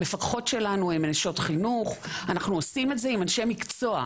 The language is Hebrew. המפקחות שלנו הן נשות חינוך אנחנו עושים את זה עם אנשי מקצוע,